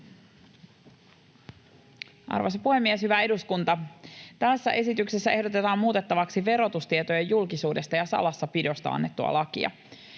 Arvoisa puhemies! Hyvä eduskunta! Tässä esityksessä ehdotetaan muutettavaksi verotustietojen julkisuudesta ja salassapidosta annettua lakia.